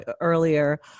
earlier